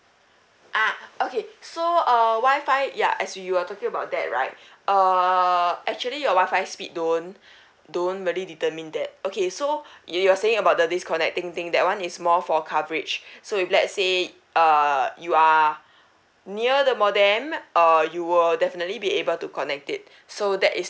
ah okay so uh wi-fi ya as you are talking about that right uh actually your wi-fi speed don't don't really determine that okay so you are saying about the diconnecting thing that one is more for coverage so if let's say err you are near the modem uh you will definitely be able to connect it so that is